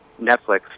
Netflix